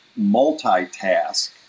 multitask